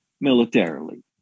militarily